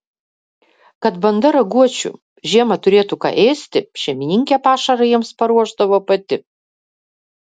kad banda raguočių žiemą turėtų ką ėsti šeimininkė pašarą jiems paruošdavo pati